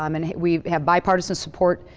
um and we have bipartisan support,